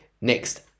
Next